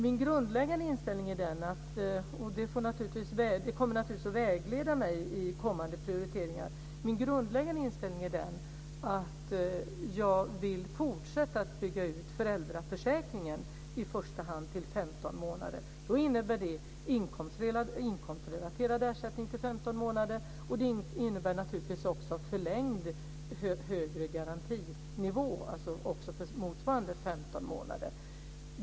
Min grundläggande inställning är den - och den kommer naturligtvis att vägleda mig i kommande prioriteringar - att jag vill fortsätta att bygga ut föräldraförsäkringen i första hand till 15 månader. Det innebär en inkomstrelaterad ersättning i 15 månader, och det innebär naturligtvis också en förlängd högre garantinivå för motsvarande 15 månader.